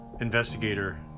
investigator